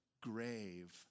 grave